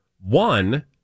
One